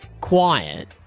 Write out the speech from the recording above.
quiet